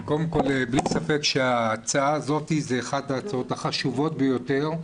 קודם כל אין ספק שההצעה הזאת היא אחת ההצעות החשובות ביותר,